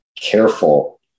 careful